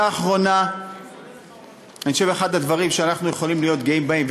אני חושב שאחד הדברים שאנחנו יכולים להיות גאים בהם,